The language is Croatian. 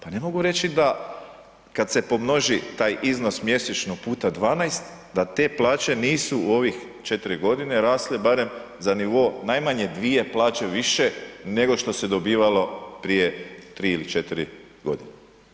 Pa ne mogu reći da kada se pomnoži taj iznos mjesečnog puta 12 da te plaće nisu o ovih 4 godine rasle barem za nivo najmanje 2 plaće više nego što se dobivalo prije 3 ili 4 godine.